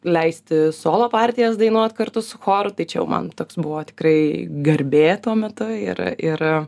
leisti solo partijas dainuot kartu su choru tai čia jau man toks buvo tikrai garbė tuo metu ir ir